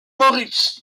moritz